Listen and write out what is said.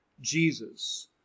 Jesus